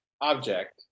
object